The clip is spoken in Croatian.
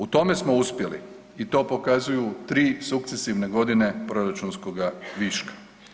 U tome smo uspjeli i to pokazuju 3 sukcesivne godine proračunskoga viška.